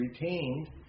retained